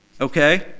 Okay